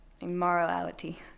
immorality